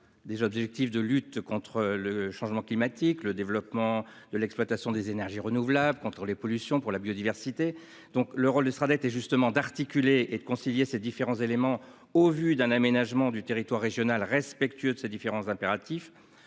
à la lutte contre le changement climatique, au développement de l'exploitation des énergies renouvelables, à la pollution, à la biodiversité, etc. Le rôle du Sraddet est justement d'articuler et de concilier l'ensemble de ces éléments afin de déployer un aménagement du territoire régional respectueux de ces différents impératifs.